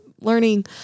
learning